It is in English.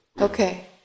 Okay